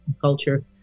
culture